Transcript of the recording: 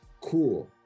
cool